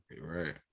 Right